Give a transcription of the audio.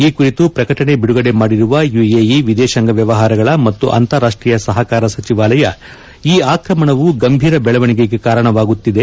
ಈ ಕುರಿತು ಪ್ರಕಟಣೆ ಬಿಡುಗಡೆ ಮಾಡಿರುವ ಯುಎಇ ವಿದೇಶಾಂಗ ವ್ಯವಹಾರಗಳ ಮತ್ತು ಅಂತಾರಾಷ್ತೀಯ ಸಹಕಾರ ಸಚಿವಾಲಯ ಈ ಆಕ್ರಮಣವು ಗಂಭೀರ ಬೆಳವಣಿಗೆಗೆ ಕಾರಣವಾಗುತ್ತಿದೆ